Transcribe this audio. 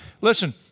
listen